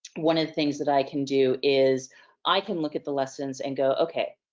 one of the things that i can do is i can look at the lessons and go okay.